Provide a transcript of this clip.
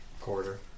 quarter